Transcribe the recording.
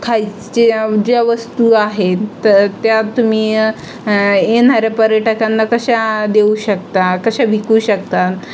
खायच्या ज्या वस्तू आहेत तर त्या तुम्ही येणारे पर्यटकांना कशा देऊ शकता कशा विकू शकता